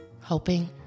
hoping